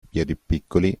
piedipiccoli